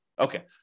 Okay